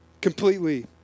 completely